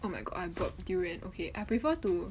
oh my god I brought durian okay I prefer to